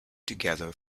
together